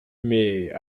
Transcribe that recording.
mais